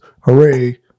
hooray